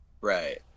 right